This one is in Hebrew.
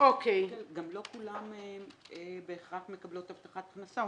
גם לא כולן בהכרח מקבלות הבטחת הכנסה.